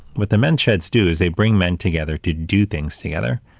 what the men sheds do, is they bring men together to do things together,